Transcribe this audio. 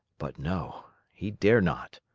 but no, he dare not.